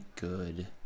good